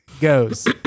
goes